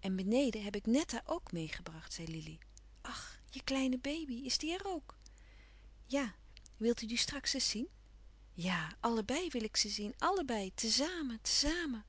en beneden heb ik netta ook meêgebracht zei lili ach je kleine baby is die er ook ja wil u die straks eens zien ja allebei wil ik ze zien allebei te zamen